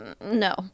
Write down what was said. no